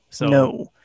No